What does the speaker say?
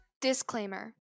Disclaimer